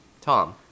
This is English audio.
Tom